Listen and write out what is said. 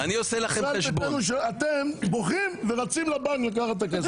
אתם בוכים ורצים לבנק לקחת את הכסף.